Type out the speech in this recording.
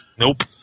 Nope